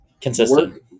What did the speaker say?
consistent